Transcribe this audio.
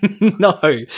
No